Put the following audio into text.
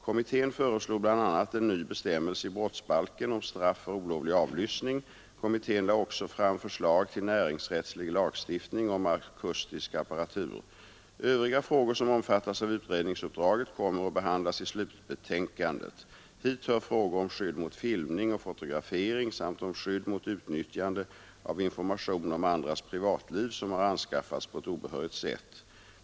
Kommittén föreslog bl.a. en ny bestämmelse i brottsbalken om straff för olovlig avlyssning. Kommittén lade också fram förslag till näringsrättslig lagstiftning om akustisk apparatur. Övriga frågor som omfattas av utredningsuppdraget kommer att behandlas i slutbetänkandet. Hit hör frågor om skydd mot filmning och fotografering samt om skydd mot utnyttjande av information om andras privatliv som har anskaffats på ett obehörigt sätt.